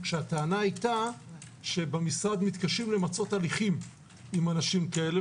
והטענה היתה שבמשרד מתקשים למצות הליכים עם אנשים כאלה,